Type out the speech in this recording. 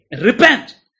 Repent